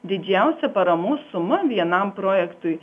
didžiausia paramos suma vienam projektui